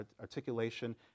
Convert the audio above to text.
articulation